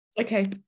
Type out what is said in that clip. Okay